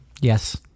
Yes